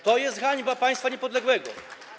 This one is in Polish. To jest hańba państwa niepodległego.